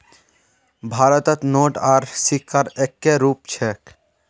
भारतत नोट आर सिक्कार एक्के रूप छेक